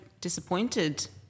disappointed